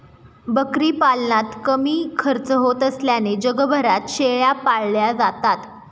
बकरी पालनात कमी खर्च होत असल्याने जगभरात शेळ्या पाळल्या जातात